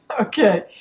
Okay